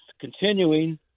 continuing